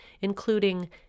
including